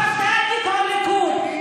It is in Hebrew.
חרד"לניק או ליכוד,